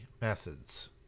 methods